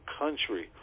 country